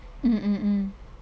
mm mm mm